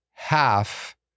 Half